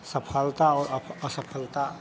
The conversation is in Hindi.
सफलता और असफलता